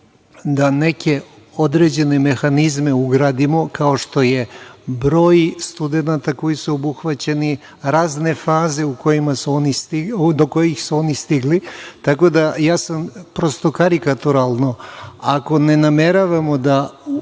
da neke određene mehanizme uradimo kao što je broj studenata koji su obuhvaćeni, razne faze do kojih su oni stigli, tako da, ja sam prosto karikaturalno, ako ne nameravamo da